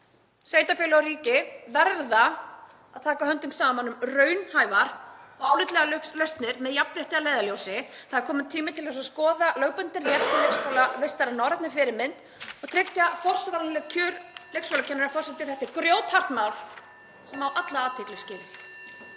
Sveitarfélög og ríki verða að taka höndum saman um raunhæfar og álitlegar lausnir með jafnrétti að leiðarljósi. Það er kominn tími til að skoða lögbundinn rétt til leikskólavistar að norrænni fyrirmynd og tryggja forsvaranleg kjör leikskólakennara. Forseti. Þetta er grjóthart mál sem á alla athygli skilið.